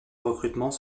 recrutement